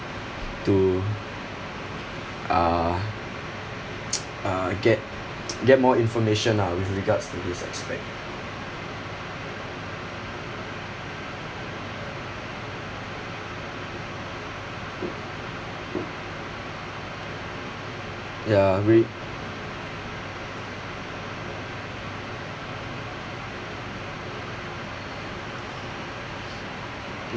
to uh uh get get more information lah with regards to this aspect ya agree